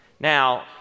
Now